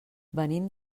venim